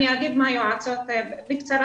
בקצרה